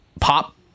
pop